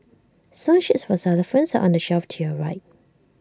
song sheets for xylophones are on the shelf to your right